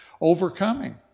overcoming